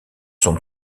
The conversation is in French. sont